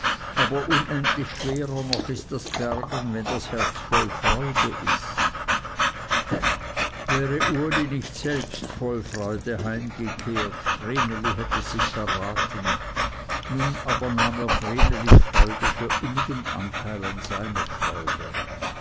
aber unendlich schwerer noch ist das bergen wenn das herz voll freude ist wäre uli nicht selbst voll freude heimgekehrt vreneli hätte sich verraten nun aber nahm er vrenelis freude für innigen anteil an seiner freude